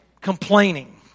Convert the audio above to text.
complaining